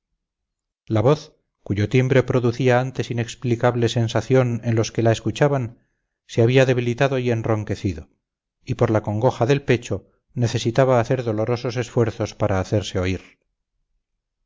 la voz cuyo timbre producía antes inexplicable sensación en los que la escuchaban se había debilitado y enronquecido y por la congoja del pecho necesitaba hacer dolorosos esfuerzos para hacerse oír